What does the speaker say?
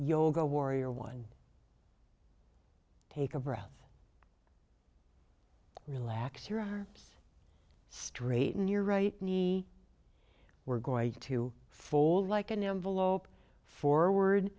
yoga warrior one take a breath relax your arms straighten your right knee we're going to fold like an envelope forward